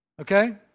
Okay